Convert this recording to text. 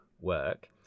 work